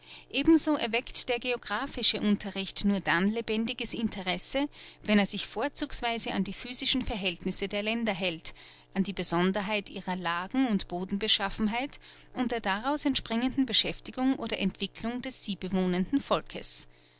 ebenso erweckt der geographische unterricht nur dann lebendiges interesse wenn er sich vorzugsweise an die physischen verhältnisse der länder hält an die besonderheit ihrer lagen und bodenbeschaffenheit und der daraus entspringenden beschäftigung oder entwicklung des sie bewohnenden volkes